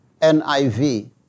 NIV